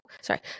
sorry